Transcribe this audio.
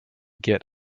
get